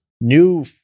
new